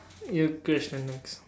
your question next